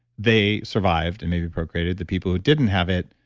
they survived and maybe procreated, the people who didn't have it,